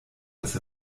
dass